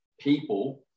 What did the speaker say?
people